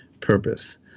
purpose